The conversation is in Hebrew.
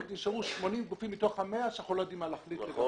אם נשארו 80 גופים מתוך ה-100 שאנחנו לא יודעים להחליט לגביהם,